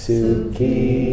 Suki